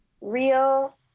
real